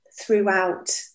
throughout